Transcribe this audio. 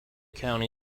county